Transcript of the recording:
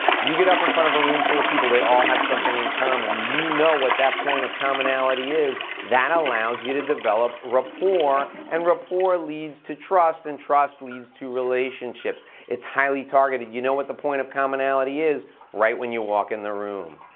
you get up in front of a room full of people, they all have something in common. you know what that point of commonality is. that allows you to develop rapport and rapport leads to trust and trust leads to relationships. it's highly targeted. you know what the point of commonality is right when you walk in the room.